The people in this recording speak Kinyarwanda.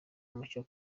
mucyo